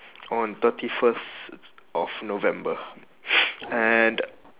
on thirty first of november and